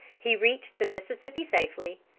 he reached the mississippi safely,